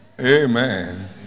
Amen